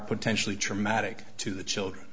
potentially traumatic to the children